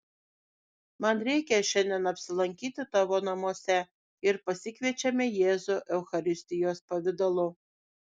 man reikia šiandien apsilankyti tavo namuose ir pasikviečiame jėzų eucharistijos pavidalu